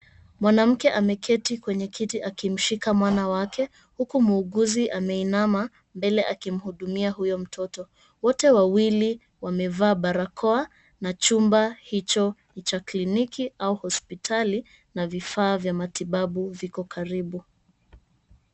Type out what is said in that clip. Mwanamke ameketi kwenye kiti akimshika mwana wake huku muuguzi ameinama mbele akimhudumia huyo mtoto. Wote wawili wamevaa barakoa na chumba hicho ni cha kliniki au hospitali na vifaa vya matibabu viko karibu.